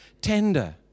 tender